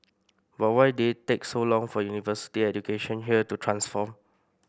but why did it take so long for university education here to transform